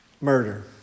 murder